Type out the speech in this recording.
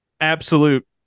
absolute